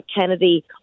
kennedy